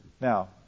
Now